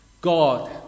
God